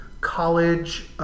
college